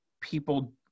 people